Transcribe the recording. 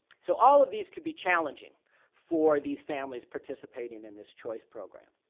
so all of these could be challenging for these families participating in this choice program.